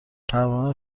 پروانه